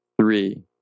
three